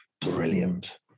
Brilliant